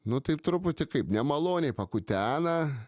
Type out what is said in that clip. nu taip truputį kaip nemaloniai pakutena